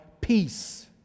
peace